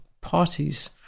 parties